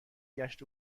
گشت